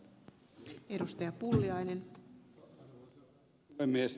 arvoisa puhemies